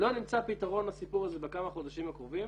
לא נמצא פתרון לסיפור הזה בכמה חודשים הקרובים